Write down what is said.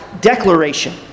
declaration